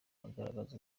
agaragaza